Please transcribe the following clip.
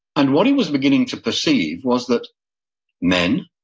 and what he was beginning to perceive was that men,